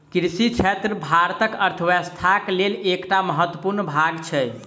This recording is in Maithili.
कृषि क्षेत्र भारतक अर्थव्यवस्थाक लेल एकटा महत्वपूर्ण भाग छै